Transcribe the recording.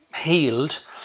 healed